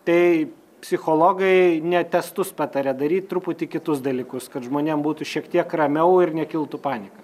tai psichologai ne testus pataria daryt truputį kitus dalykus kad žmonėm būtų šiek tiek ramiau ir nekiltų panika